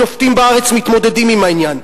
השופטים בארץ מתמודדים עם העניין.